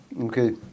Okay